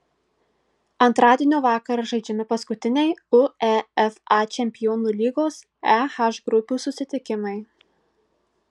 antradienio vakarą žaidžiami paskutiniai uefa čempionų lygos e h grupių susitikimai